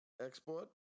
export